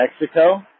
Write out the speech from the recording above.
Mexico